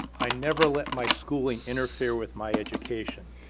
i never let my schooling interfere with my education.